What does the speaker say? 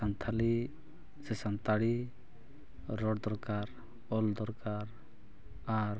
ᱥᱟᱱᱛᱟᱞᱤ ᱥᱮ ᱥᱟᱱᱛᱟᱲᱤ ᱨᱚᱲ ᱫᱚᱨᱠᱟᱨ ᱚᱞ ᱫᱚᱨᱠᱟᱨ ᱟᱨ